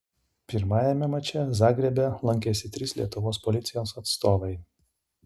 pirmajame mače zagrebe lankėsi trys lietuvos policijos atstovai